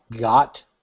got